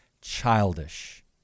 Childish